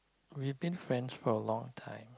we've been friends for a long time